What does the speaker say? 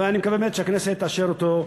אני מקווה באמת שהכנסת תאשר אותו,